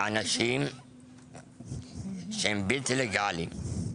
אנשים שהם בלתי לגאליים,